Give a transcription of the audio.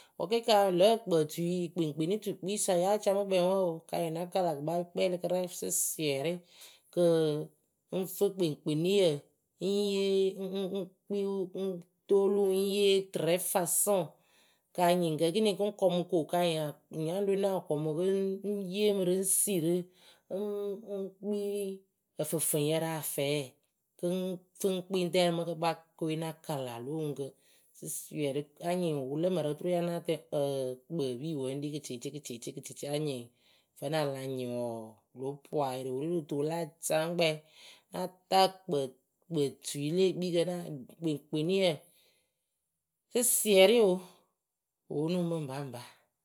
wǝ ke ka lǝ̌ ǝkpǝtui kpeŋkpenitukisa ya camɨkpɛ wǝǝ kanyɩŋ naka kɨkpakpɛlɩkɨrɛŋ sɩsɩɛrɩ kɨ,ŋ́ fɨ kpeŋkpeniyǝ ŋ́ yee ŋ ŋ ŋ kpiiwɨ ŋ́ yee tɨrɛ fasɔŋ kanyɩŋ gǝ kiniŋ kɨŋ kɔmʊ rɨ ko kanyɩŋ a nyaɖɨwe náa kɔmʊ kɨ ŋ yemɨrɨ ŋ sirǝ ŋ́ kpii ǝfǝfɨŋyǝ raafɛɛ. kɨŋ ŋ́ fɨ ŋ́ kpii ŋ́ tɛrɨ mɨ kɨkpakɨwe na kala lo oŋuŋkǝ sɩsɩɛrɩ. Anyɩŋ wɨlǝ mǝrǝ oturu nya náa tɛŋ ǝǝǝ kpǝǝpi wǝ ŋ́ ɖi kɨcecekɨcecekɨcece anyɩŋ vǝnɨŋ ala nyɩŋ wɔɔ wɨlo poŋ ayɩrɩ wɨri rɨ tuu wɨ láa camɨkpɛ. Náa taa kpǝ kpǝtui le ekpikǝ ra kpeŋkpeni yǝ sɩsɩɛrɩ oo wɨ poonu mɨmɨ baŋba.